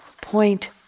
point